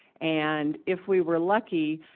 and if we were lucky